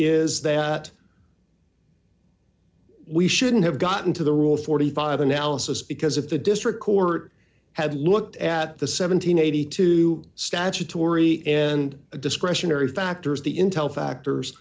is that we shouldn't have gotten to the rule forty five analysis because if the district court had looked at the seven hundred and eighty two statutory end of discretionary factors the intel factors